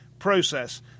process